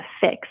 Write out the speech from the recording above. fix